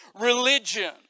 religion